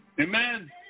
Amen